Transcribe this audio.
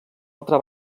altra